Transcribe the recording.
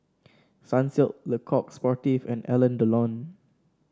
Sunsilk Le Coq Sportif and Alain Delon